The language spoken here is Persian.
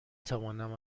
توانم